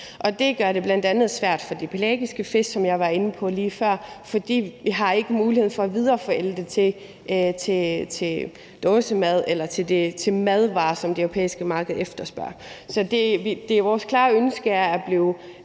det gør det bl.a. svært for det pelagiske fiskeri, som jeg var inde på lige før, fordi vi ikke har mulighed for at videreforædle det til dåsemad eller til madvarer, som det europæiske marked efterspørger. Det er vores klare ønske at blive